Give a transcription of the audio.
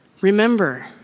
Remember